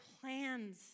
plans